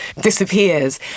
disappears